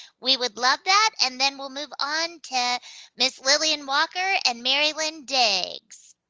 we would love that. and then we'll move on to ms. lillian walker and mary lynne diggs,